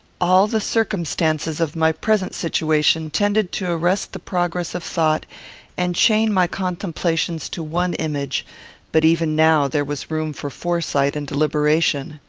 all the circumstances of my present situation tended to arrest the progress of thought and chain my contemplations to one image but even now there was room for foresight and deliberation.